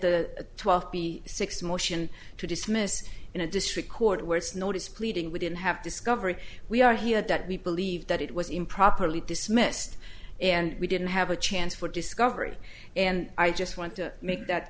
the twelfth six motion to dismiss in a district court where it's notice pleading we didn't have discovery we are here at that we believe that it was improperly dismissed and we didn't have a chance for discovery and i just want to make that